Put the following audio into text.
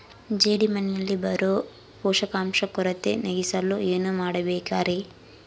ಜೇಡಿಮಣ್ಣಿನಲ್ಲಿ ಬರೋ ಪೋಷಕಾಂಶ ಕೊರತೆ ನೇಗಿಸಲು ಏನು ಮಾಡಬೇಕರಿ?